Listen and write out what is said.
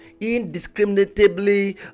indiscriminately